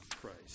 Christ